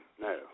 No